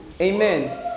Amen